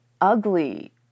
ugly